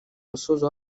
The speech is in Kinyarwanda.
musozo